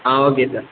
ah okay sir